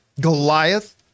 Goliath